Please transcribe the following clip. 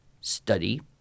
study